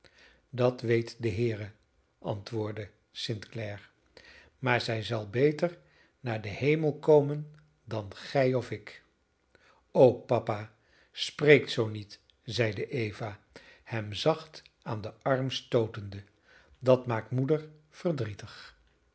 dat weet de heere antwoordde st clare maar zij zal beter naar den hemel komen dan gij of ik o papa spreek zoo niet zeide eva hem zacht aan den arm stootende dat maakt moeder verdrietig